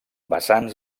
basant